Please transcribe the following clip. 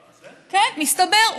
כן, מסתבר.